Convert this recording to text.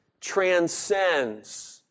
transcends